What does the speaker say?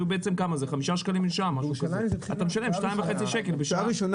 אתה משלם 2.5 שקלים לשעה,